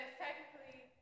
technically